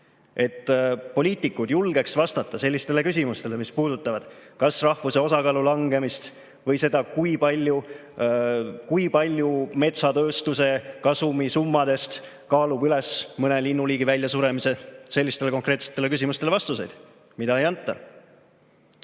et poliitikud julgeksid vastata sellistele küsimustele, mis puudutavad kas rahvuse osakaalu langemist või seda, kui palju metsatööstuse kasumi summadest kaalub üles mõne linnuliigi väljasuremise. Meil oleks vaja sellistele konkreetsetele küsimustele vastuseid. Aga neid ei anta.